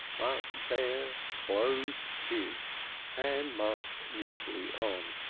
but bear closed his and marched mutely on.